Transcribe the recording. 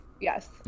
Yes